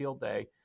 day